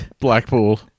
Blackpool